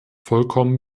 vollkommen